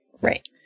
right